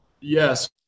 Yes